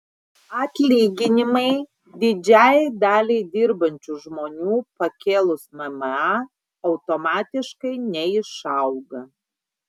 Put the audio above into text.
atlyginimai didžiajai daliai dirbančių žmonių pakėlus mma automatiškai neišauga